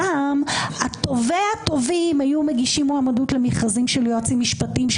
פעם טובי הטובים היו מגישים מועמדות למכרזים של יועצים משפטיים,